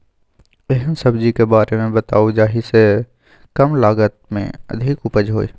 एहन सब्जी के बारे मे बताऊ जाहि सॅ कम लागत मे अधिक उपज होय?